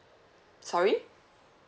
sorry